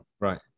Right